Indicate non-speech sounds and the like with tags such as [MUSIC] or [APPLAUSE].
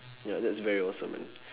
ya that's very awesome man [BREATH]